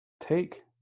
take